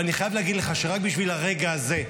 ואני חייב להגיד לך שרק בשביל הרגע הזה,